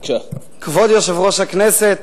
כבוד יושב-ראש הכנסת,